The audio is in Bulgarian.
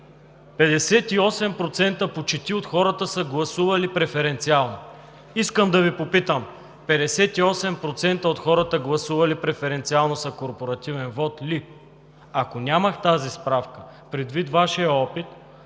58% от хората са гласували преференциално. Искам да Ви попитам: 58% от хората, гласували преференциално, са корпоративен вот ли? Ако нямах тази справка, предвид Вашия опит